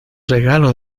regalo